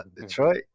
Detroit